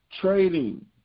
trading